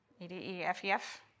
E-D-E-F-E-F